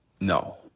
no